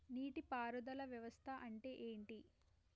నీటి పారుదల వ్యవస్థ అంటే ఏంటి?